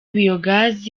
biogaz